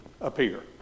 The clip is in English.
appear